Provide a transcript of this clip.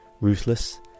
ruthless